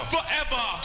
Forever